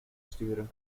sturen